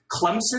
Clemson